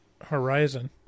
horizon